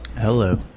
Hello